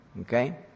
Okay